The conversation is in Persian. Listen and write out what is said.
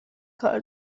کار